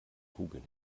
kugeln